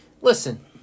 listen